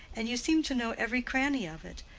and you seem to know every cranny of it.